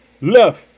Left